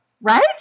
Right